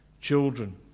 children